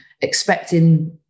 expecting